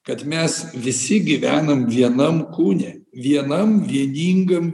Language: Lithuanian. kad mes visi gyvenam vienam kūne vienam vieningam